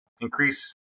increase